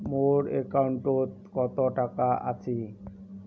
মোর একাউন্টত কত টাকা আছে?